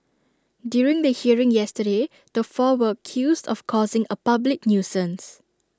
during the hearing yesterday the four were accused of causing A public nuisance